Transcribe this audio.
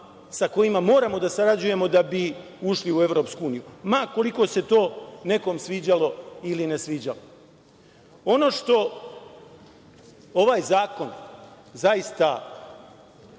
sa kojima moramo da sarađujemo da bi ušli u EU, ma koliko se to nekom sviđalo ili ne sviđalo. Ono što ovaj zakon zaista